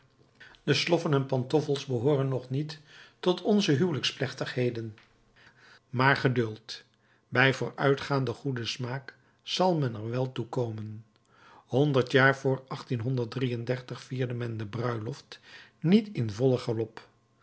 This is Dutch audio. de sloffen en pantoffels behooren nog niet tot onze huwelijksplechtigheden maar geduld bij vooruitgaanden goeden smaak zal men er wel toe komen honderd jaren voor men de bruiloft niet in vollen galop